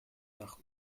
nach